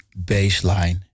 Baseline